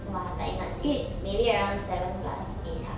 !wah! tak ingat seh maybe around seven plus eight ah